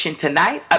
tonight